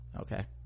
okay